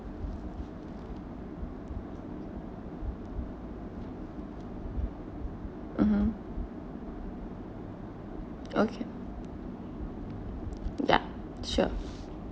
mmhmm okay ya sure